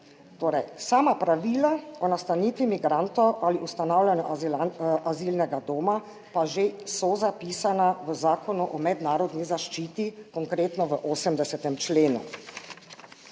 Torej, sama pravila o nastanitvi migrantov ali ustanavljanju azilnega doma pa že so zapisana v Zakonu o mednarodni zaščiti, konkretno v 80. členu.